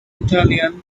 italian